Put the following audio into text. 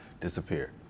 disappear